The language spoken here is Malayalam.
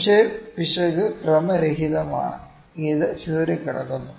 പക്ഷേ പിശക് ക്രമരഹിതമാണ് അത് ചിതറിക്കിടക്കുന്നു